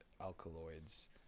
alkaloids